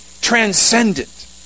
transcendent